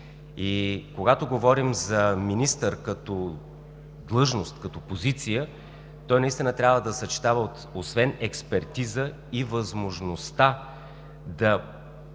Когато говорим за министър като длъжност, като позиция, той наистина трябва да съчетава, освен експертиза, и възможността да